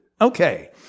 Okay